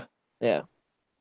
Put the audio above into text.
yeah